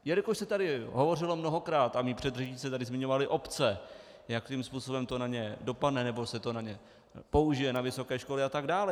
Jelikož se tady hovořilo mnohokrát a mí předřečníci tady zmiňovali obce, jakým způsobem to na ně dopadne nebo se to na ně použije, na vysoké školy atd.